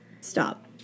stop